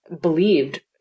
believed